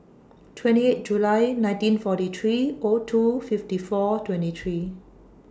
twenty eight July nineteen forty three O two fifty four twenty three